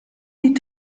die